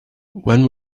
when